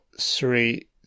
three